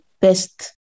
best